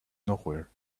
nowhere